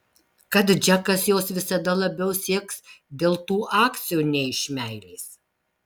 kad džekas jos visada labiau sieks dėl tų akcijų nei iš meilės